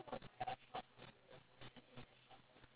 so like the moving won't be too too difficult